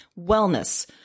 wellness